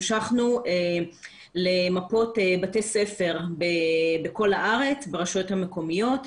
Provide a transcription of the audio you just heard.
המשכנו למפות בתי ספר בכל הארץ ברשויות המקומיות.